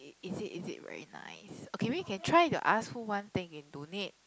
is it is it very nice okay maybe can try to ask who want thing and donate